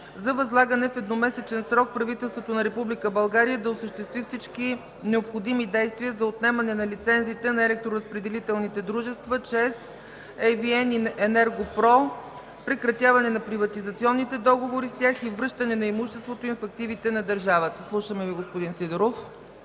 за възлагане в едномесечен срок правителството на Република България да осъществи всички необходими действия за отнемане на лицензите на електроразпределителните дружества ЧЕЗ, ЕVN, ЕНЕРГО-ПРО, прекратяване на приватизационните договори с тях и връщане на имуществото им в активите на държавата. Слушаме Ви, господин Сидеров.